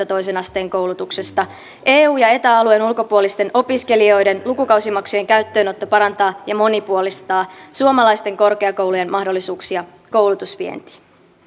toisen asteen koulutuksesta eu ja eta alueen ulkopuolisten opiskelijoiden lukukausimaksujen käyttöönotto parantaa ja monipuolistaa suomalaisten korkeakoulujen mahdollisuuksia koulutusvientiin